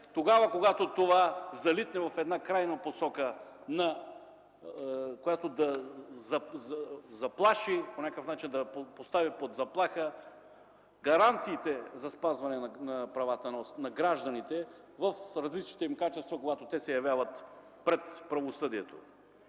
тогава, когато залитне в крайна посока, която по някакъв начин поставя под заплаха гаранциите за спазване правата на гражданите в различните им качества, когато те се явяват пред правосъдието.